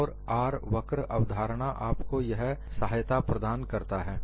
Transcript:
और R वक्र अवधारणा आपको यह सहायता प्रदान करता है